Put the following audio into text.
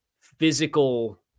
physical